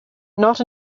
not